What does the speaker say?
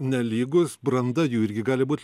nelygus branda jų irgi gali būt